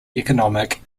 economic